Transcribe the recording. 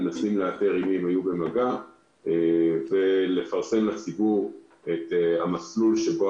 מנסים לאתר עם מי הם היו במגע ולפרסם לציבור את המסלול שבו